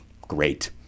Great